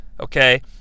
okay